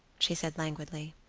she said, languidly.